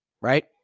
right